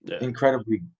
incredibly